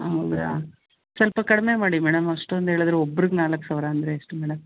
ಹೌದಾ ಸ್ವಲ್ಪ ಕಡಿಮೆ ಮಾಡಿ ಮೇಡಮ್ ಅಷ್ಟೊಂದು ಹೇಳಿದ್ರೆ ಒಬ್ರಿಗೆ ನಾಲ್ಕು ಸಾವಿರ ಅಂದರೆ ಎಷ್ಟು ಮೇಡಮ್